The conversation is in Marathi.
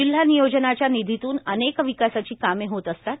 जिल्हा नियोजनाच्या निधीतून अनेक विकासाची कामे होत असतात